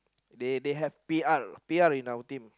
they they have P_R P_R in our team